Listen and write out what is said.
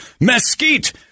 mesquite